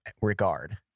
regard